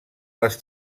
les